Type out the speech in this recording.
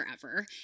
forever